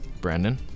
Brandon